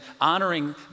honoring